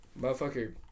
motherfucker